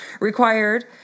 required